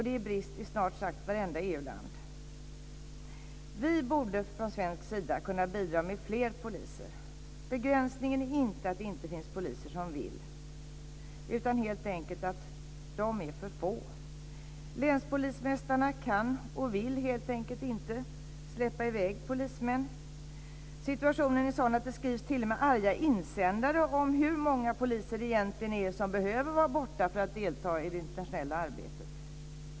Det är brist i snart sagt varenda EU-land. Vi borde från svensk sida kunna bidra med fler poliser. Begränsningen är inte att det inte finns poliser som vill utan helt enkelt att de är för få. Länspolismästarna kan och vill helt enkelt inte släppa i väg polismän. Situationen är sådan att det t.o.m. skrivs arga insändare om hur många poliser det egentligen är som behöver vara borta för att delta i det internationella arbetet.